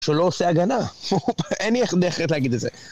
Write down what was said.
‫שלא עושה הגנה. ‫אין לי דרך אחרת להגיד את זה.